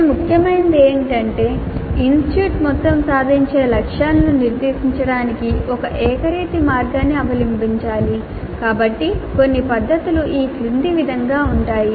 కానీ ముఖ్యమైనది ఏమిటంటే ఇన్స్టిట్యూట్ మొత్తం సాధించే లక్ష్యాలను నిర్దేశించడానికి ఒక ఏకరీతి మార్గాన్ని అవలంబించాలి కాబట్టి కొన్ని పద్ధతులు ఈ క్రింది విధంగా ఉంటాయి